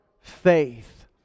faith